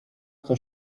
kto